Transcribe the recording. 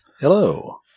hello